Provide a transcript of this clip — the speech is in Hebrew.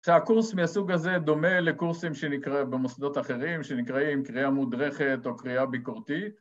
‫הקורס מהסוג הזה דומה לקורסים ‫במוסדות אחרים שנקראים ‫קריאה מודרכת או קריאה ביקורתית.